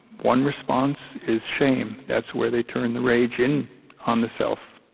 one response is shame. that's where they turn the rage in on the self.